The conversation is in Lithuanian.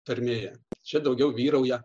tarmėje čia daugiau vyrauja